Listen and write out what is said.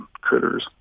critters